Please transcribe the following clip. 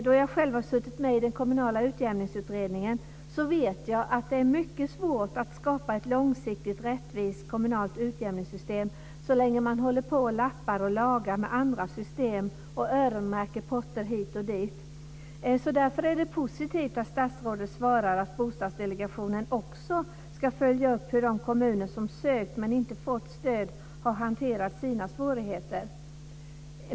Då jag själv suttit med i den kommunala utjämningsutredningen, vet jag att det är mycket svårt att skapa ett långsiktigt rättvist kommunalt utjämningssystem så länge man håller på och lappar och lagar med andra system och öronmärker potter hit och dit. Därför är det positivt att statsrådet svarar att Bostadsdelegationen också ska följa upp hur de kommuner som sökt men inte fått stöd har hanterat sina svårigheter.